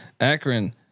Akron